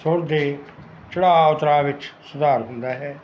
ਸੁਰ ਦੇ ਚੜਾਅ ਉਤਰਾਅ ਵਿੱਚ ਸੁਧਾਰ ਹੁੰਦਾ ਹੈ